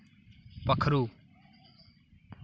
पक्खरू